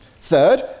Third